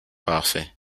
parfait